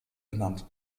benannt